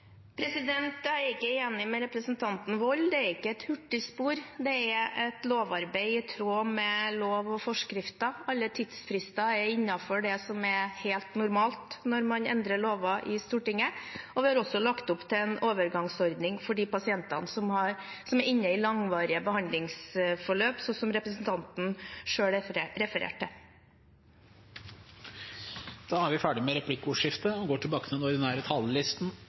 Jeg er ikke enig med representanten Wold. Det er ikke et hurtigspor. Det er et lovarbeid i tråd med lov og forskrifter. Alle tidsfrister er innenfor det som er helt normalt når man endrer lover i Stortinget. Og vi har også lagt opp til en overgangsordning for de pasientene som er inne i langvarige behandlingsforløp, slik representanten selv refererte til. Replikkordskiftet er omme. Tusen takk, president, for både påminnelsen og